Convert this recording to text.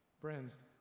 Friends